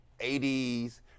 80s